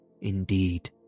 Indeed